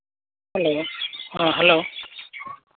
ᱦᱮᱸ ᱦᱮᱞᱳ